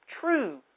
true